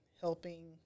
helping